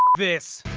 this.